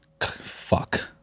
fuck